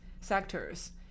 sectors